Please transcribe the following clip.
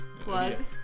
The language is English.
Plug